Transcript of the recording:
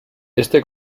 este